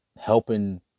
helping